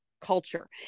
culture